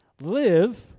live